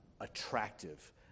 attractive